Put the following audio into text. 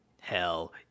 Hell